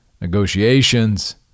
negotiations